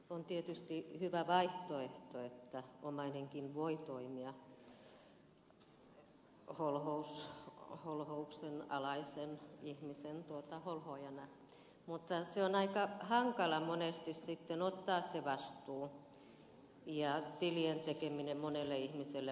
on tietysti hyvä vaihtoehto että omainenkin voi toimia holhouksenalaisen ihmisen holhoojana mutta on aika hankala monesti sitten ottaa se vastuu ja tilien tekeminen monelle ihmiselle vaikeata